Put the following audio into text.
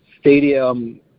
stadium